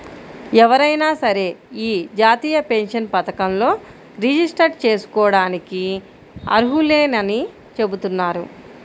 ఎవరైనా సరే యీ జాతీయ పెన్షన్ పథకంలో రిజిస్టర్ జేసుకోడానికి అర్హులేనని చెబుతున్నారు